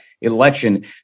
election